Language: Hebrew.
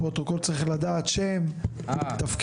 הפרוטוקול צריך לדעת שם ותפקיד.